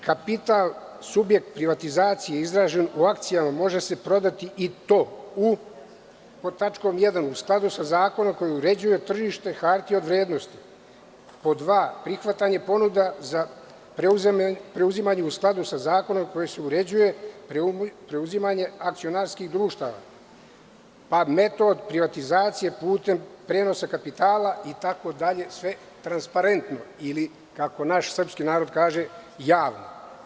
Kapital, subjekt privatizacije izražen u akcijama može se prodati, i to: „ pod tačkom 1 – u skladu sa zakonom koje uređuje tržište hartija od vrednosti; pod tačkom 2 – prihvatanje ponuda za preuzimanje, u skladu sa zakonom kojim se uređuje preuzimanje akcionarskih društava, pa metod privatizacije putem prenosa kapitala,“ itd, itd, sve tranparentno ili, kako naš srpski narod kaže – javno.